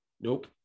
Nope